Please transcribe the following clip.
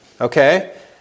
Okay